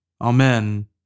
Amen